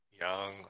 young